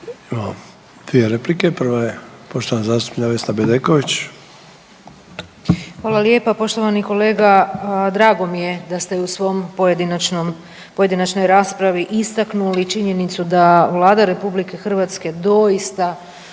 dvije replike. Prva je poštovana zastupnica Vesna Bedeković. **Bedeković, Vesna (HDZ)** Hvala lijepa. Poštovani kolega drago mi je da ste u svom pojedinačnom, pojedinačno raspravi istaknuli činjenicu da Vlada Republike Hrvatske doista